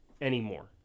anymore